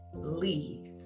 leave